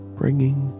bringing